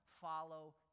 follow